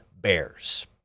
Bears